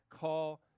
call